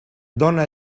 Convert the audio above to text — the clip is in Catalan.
dóna